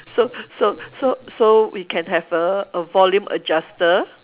so so so so we can have a a volume adjuster